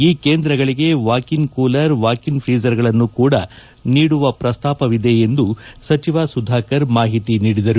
ಈ ಕೇಂದ್ರಗಳಿಗೆ walk in cooler walk in freezer ಗಳನ್ನು ಕೂಡ ನೀಡುವ ಪ್ರಸ್ತಾಪವಿದೆ ಎಂದು ಸಚಿವ ಸುಧಾಕರ್ ಮಾಹಿತಿ ನೀಡಿದರು